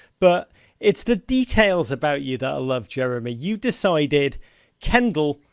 but it's the details about you that i love, jeremy. you've decided kendall,